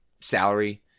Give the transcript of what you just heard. salary